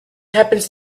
happens